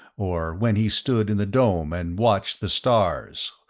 or when he stood in the dome and watched the stars,